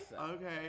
Okay